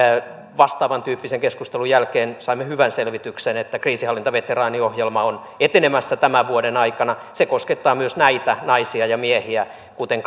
vastaavantyyppisen keskustelun jälkeen saimme hyvän selvityksen että kriisinhallintaveteraaniohjelma on etenemässä tämän vuoden aikana se koskettaa myös näitä naisia ja miehiä kuten